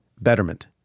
Betterment